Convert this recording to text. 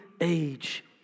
age